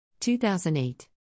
2008